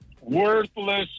worthless